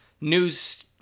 news